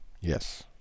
Yes